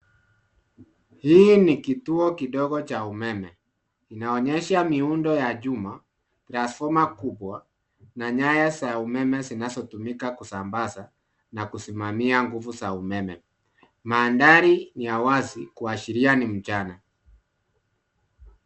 Hii ni kituo kidogo cha umeme. Inaonyesha miundo ya chuma, transfoma kubwa na nyaya za umeme zinazotumika kusambaza na kusimamia nguvu za umeme. Mandhari ni ya wazi kuashiria ni mchana .